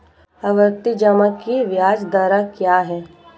आवर्ती जमा की ब्याज दर क्या है?